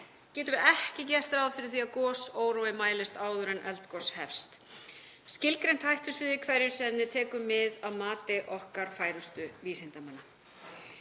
getum við ekki gert ráð fyrir því að gosórói mælist áður en eldgos hefst. Skilgreint hættusvæði hverju sinni tekur mið af mati okkar færustu vísindamanna.